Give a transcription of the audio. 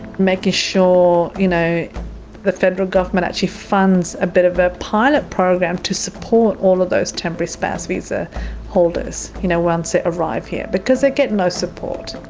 making sure you know the federal government actually funds a bit of a pilot program to support all of those temporary spouse visa holders you know once they arrive here because they get no support.